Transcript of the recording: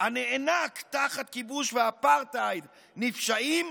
הנאנק תחת כיבוש ואפרטהייד נפשעים,